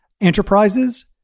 enterprises